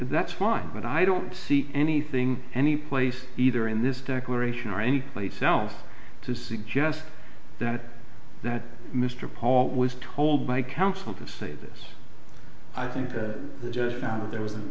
that's fine but i don't see anything any place either in this declaration or anyplace else to suggest that that mr paul was told by counsel to say this i think the judge found that there was a